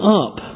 up